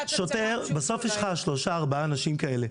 בסוף יש לך שלושה-ארבעה אנשים כאלה,